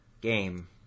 game